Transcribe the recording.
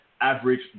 average